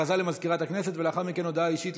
חבר הכנסת ינון אזולאי,